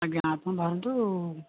ଆଜ୍ଞା ଆପଣ ବାହାରନ୍ତୁ